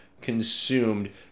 consumed